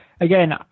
again